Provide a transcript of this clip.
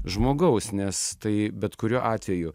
žmogaus nes tai bet kuriuo atveju